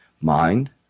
Mind